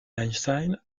einstein